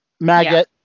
maggot